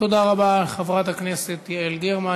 תודה רבה, חברת הכנסת יעל גרמן.